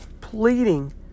pleading